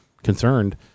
concerned